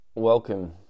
Welcome